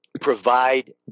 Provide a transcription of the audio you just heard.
provide